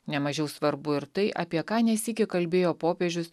ne mažiau svarbu ir tai apie ką ne sykį kalbėjo popiežius